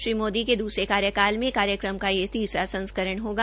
श्री मोदी ने दूसरे कार्यकाल में कार्यक्रम का यह तीसरा संस्करण होगा